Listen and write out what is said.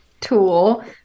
tool